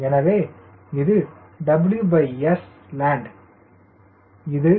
எனவே இது WSland இது WST0